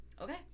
okay